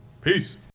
peace